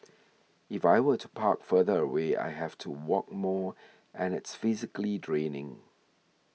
if I were to park further away I have to walk more and it's physically draining